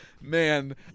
Man